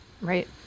right